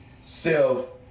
self